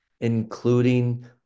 including